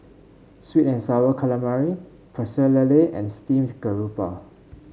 sweet and sour calamari Pecel Lele and Steamed Garoupa